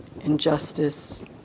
injustice